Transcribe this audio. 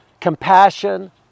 compassion